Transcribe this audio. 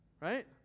Right